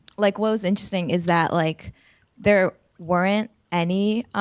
like, what was interesting is that, like there weren't any